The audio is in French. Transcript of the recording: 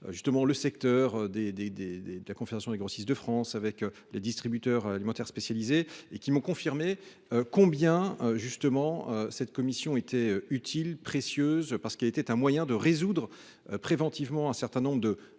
du secteur, de la Confédération des grossistes de France et des distributeurs alimentaires spécialisés. Ils m’ont confirmé combien cette commission était utile et précieuse, parce qu’elle était un moyen de résoudre préventivement un certain nombre de